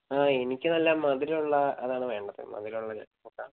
ആ എനിക്ക് നല്ല മധുരം ഉള്ള അതാണ് വേണ്ടത് മധുരം ഉള്ള ജാക്ക്ഫ്രൂട്ട് ആണ്